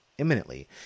imminently